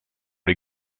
les